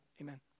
amen